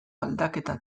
aldaketa